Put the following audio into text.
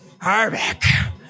Harbeck